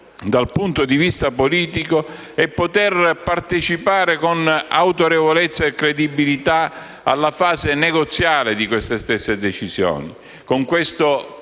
dal punto di vista politico, è poter partecipare con autorevolezza e credibilità alla fase negoziale di queste stesse decisioni.